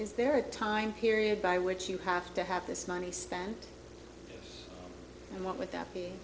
is there a time period by which you have to have this money spent and what with that be